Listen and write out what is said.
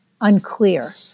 unclear